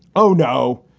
oh, no,